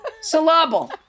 syllable